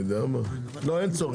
אין צורך,